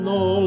no